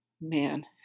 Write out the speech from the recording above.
man